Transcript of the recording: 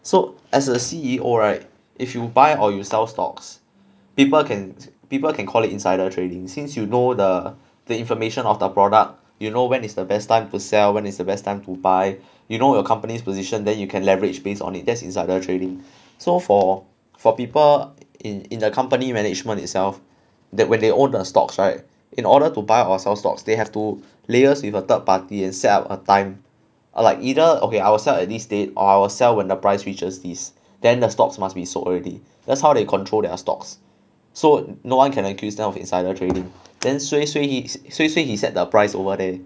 so as a C_E_O right if you buy or you sell stocks people can people can call it insider trading since you know the the inflammation of the product you know where is the best time to sell when is the best time to buy you know you company position then you can leverage based on it that's insider trading so for for people in in the company management itself that when they own stocks right in order to buy or sell stocks they have to layers with a third party and set up a time or like either okay I'll sell at this date or I'll sell when the price reaches this then the stock's must be sold already that's how they control their stocks so no one can accuse them of insider trading then sui sui he s~ sui sui he set the price over there